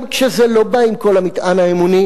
גם כשזה לא בא עם כל המטען האמוני.